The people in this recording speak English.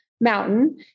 mountain